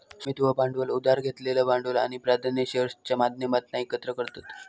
स्वामित्व भांडवल उधार घेतलेलं भांडवल आणि प्राधान्य शेअर्सच्या माध्यमातना एकत्र करतत